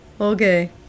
Okay